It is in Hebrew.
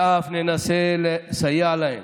ואף ננסה לסייע להם